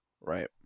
right